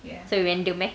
so random eh